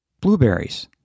Blueberries